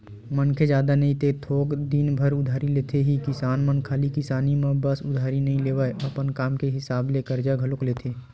मनखे जादा नई ते थोक दिन बर उधारी लेथे ही किसान मन खाली किसानी म बस उधारी नइ लेवय, अपन काम के हिसाब ले करजा घलोक लेथे